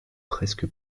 presque